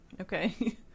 okay